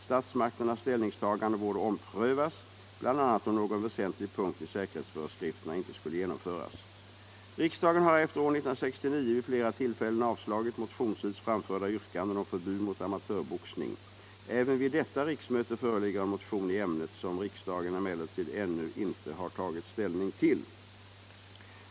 Statsmakternas ställningstagande borde omprövas, bl.a. om någon väsentlig punkt i säkerhetsföreskrifterna inte skulle genomföras. Riksdagen har efter år 1969 vid flera tillfällen avslagit motionsvis framförda yrkanden om förbud mot amatörboxning. Även vid detta riksmöte föreligger en motion i ämnet, som riksdagen emellertid ännu inte har tagit ställning till.